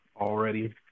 already